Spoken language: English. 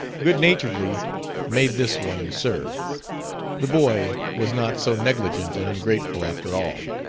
good-naturedly made this one serve the boy was not so negligent and ungrateful, after all.